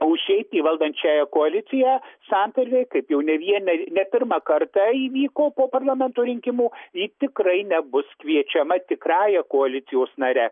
o išeiti į valdančiąją koaliciją santarvė kaip jau ne vieną ne pirmą kartą įvyko po parlamento rinkimų ji tikrai nebus kviečiama tikrąja koalicijos nare